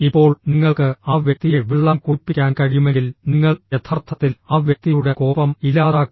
ഇപ്പോൾ നിങ്ങൾക്ക് ആ വ്യക്തിയെ വെള്ളം കുടിപ്പിക്കാൻ കഴിയുമെങ്കിൽ നിങ്ങൾ യഥാർത്ഥത്തിൽ ആ വ്യക്തിയുടെ കോപം ഇല്ലാതാക്കി